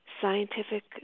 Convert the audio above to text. scientific